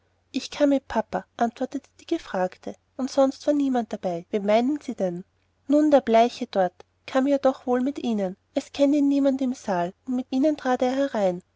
ich kam mit papa antwortete die gefragte und sonst war niemand dabei wen meinen sie denn nun der bleiche dort kam ja doch wohl mit ihnen es kennt ihn niemand im saal und mit ihnen trat er herein